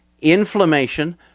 inflammation